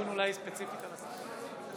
תודה